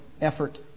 effort